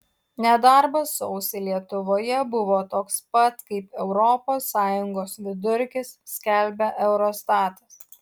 nedarbas sausį lietuvoje buvo toks pat kaip europos sąjungos vidurkis skelbia eurostatas